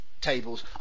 tables